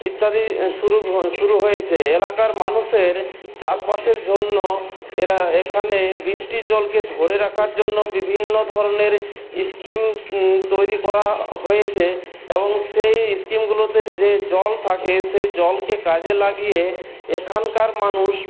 ইত্যাদি শুরু শুরু হয়েছে এলাকার মানুষের চাষবাসের জন্য এরা এখানে বৃষ্টির জলকে ধরে রাখার জন্য বিভিন্ন ধরনের স্কিম তৈরি করা হয়েছে এবং সেই স্কিমগুলোতে যে জল থাকে সেই জলকে কাজে লাগিয়ে এখানকার মানুষ